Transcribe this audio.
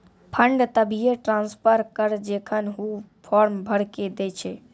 fund तभिये transfer करऽ जेखन ऊ फॉर्म भरऽ के दै छै